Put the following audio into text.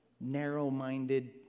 narrow-minded